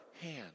hand